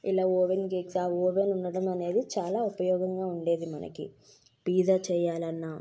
ఇలా oven grills oven ఉండడం అనేది చాలా ఉపయోగంగా ఉండేది మనకి పీజా చెయ్యాలన్నా